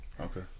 Okay